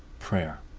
prayer.